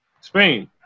Spain